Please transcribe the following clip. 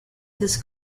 this